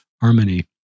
harmony